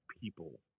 people